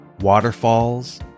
Waterfalls